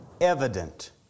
evident